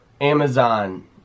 amazon